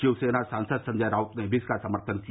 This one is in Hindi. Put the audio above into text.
शिवसेना सांसद संजय राउत ने भी इसका समर्थन किया